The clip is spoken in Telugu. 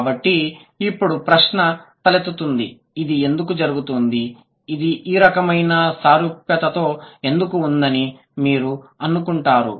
కాబట్టి ఇప్పుడు ప్రశ్న తలెత్తుతుంది ఇది ఎందుకు జరుగుతుంది ఇది ఈ రకమైన సారూప్యతలో ఎందుకు ఉందని మీరు అనుకుంటున్నారు